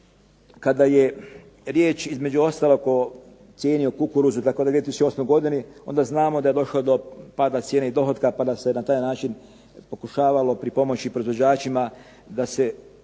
Kada je riječ, između ostalog, o cijeni o kukuruzu u 2008. godini onda znamo da je došlo do pada cijene i dohotka pa da se na taj način pokušavalo pripomoći proizvođačima da se ublaži